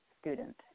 student